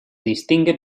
distingue